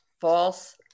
False